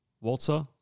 Walter